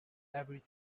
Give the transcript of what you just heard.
everything